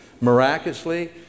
miraculously